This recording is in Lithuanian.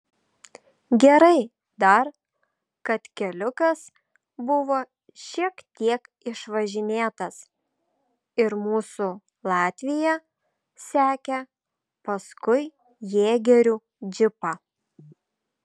gerai dar kad keliukas buvo šiek tiek išvažinėtas ir mūsų latvija sekė paskui jėgerių džipą